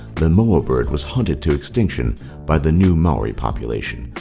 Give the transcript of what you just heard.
the moa bird was hunted to extinction by the new maori population.